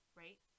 right